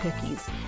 cookies